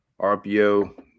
RPO